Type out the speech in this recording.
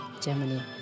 Germany